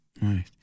Right